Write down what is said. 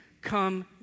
Come